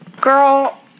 Girl